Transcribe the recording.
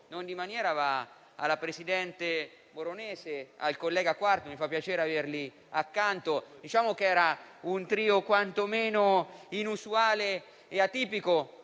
non di maniera va alla presidente Moronese e al collega Quarto. Mi fa piacere averli accanto. È stato un trio quantomeno inusuale e atipico,